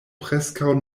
preskaŭ